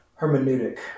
hermeneutic